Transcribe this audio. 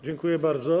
Dziękuję bardzo.